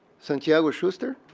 santiago schu is, it, er?